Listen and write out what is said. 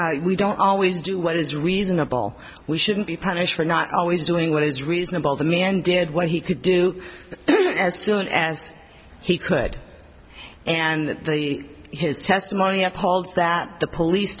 s we don't always do what is reasonable we shouldn't be punished for not always doing what is reasonable to me and did what he could do as soon as he could and that the his testimony upholds that the police